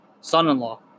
son-in-law